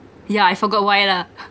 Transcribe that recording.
yeah I forgot why lah